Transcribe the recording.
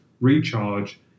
recharge